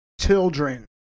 children